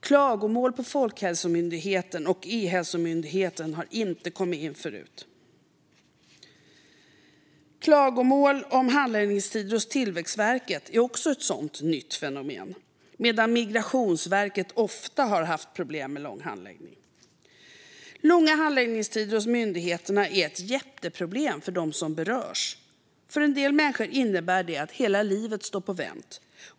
Klagomål på Folkhälsomyndigheten och E-hälsomyndigheten har inte kommit in förut. Klagomål om handläggningstider hos Tillväxtverket är också ett nytt fenomen, medan Migrationsverket ofta har haft problem med långa handläggningstider. Långa handläggningstider hos myndigheterna är ett jätteproblem för dem som berörs. För en del människor innebär det att hela livet står på vänt.